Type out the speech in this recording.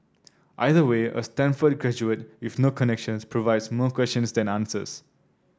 either way a Stanford graduate with no connections provides more questions than answers